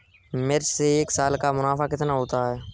मिर्च से एक साल का मुनाफा कितना होता है?